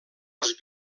als